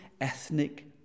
ethnic